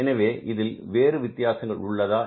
எனவே இதில் வேறு வித்தியாசங்கள் உள்ளதா